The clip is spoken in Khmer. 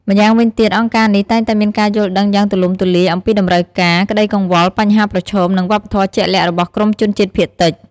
ម្យ៉ាងវិញទៀត អង្គការនេះតែងតែមានការយល់ដឹងយ៉ាងទូលំទូលាយអំពីតម្រូវការ ក្តីកង្វល់ បញ្ហាប្រឈម និងវប្បធម៌ជាក់លាក់របស់ក្រុមជនជាតិភាគតិច។